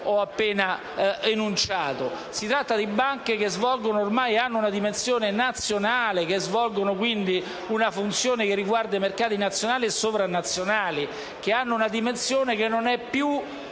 Si tratta di banche che ormai hanno una dimensione nazionale, che svolgono una funzione che coinvolge mercati nazionali e sovranazionali, che hanno quindi una dimensione che non è più